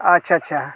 ᱟᱪᱪᱷᱟ ᱟᱪᱪᱷᱟ